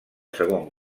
segon